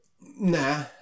Nah